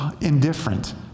indifferent